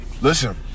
listen